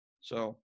So-